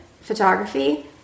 photography